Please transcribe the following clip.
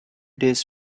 days